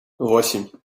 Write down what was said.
восемь